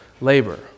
labor